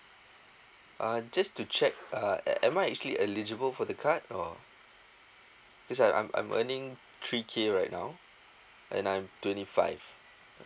uh just to check uh am I actually eligible for the card or because I'm I'm earning three K right now and I'm twenty five